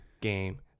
game